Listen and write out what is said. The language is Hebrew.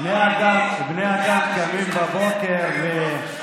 חבר הכנסת בן גביר, קריאה שנייה.